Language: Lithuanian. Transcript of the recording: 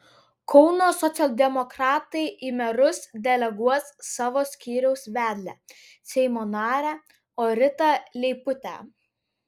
kauno socialdemokratai į merus deleguos savo skyriaus vedlę seimo narę orintą leiputę